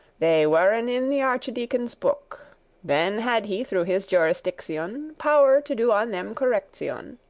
they weren in the archedeacon's book then had he, through his jurisdiction, power to do on them correction.